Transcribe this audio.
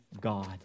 God